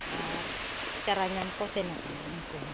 ᱟᱨ ᱪᱟᱨᱟ ᱧᱟᱢ ᱠᱚ ᱥᱮᱱᱚᱜᱼᱟ ᱩᱱᱠᱩᱦᱚᱸ